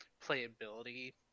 playability